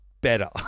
better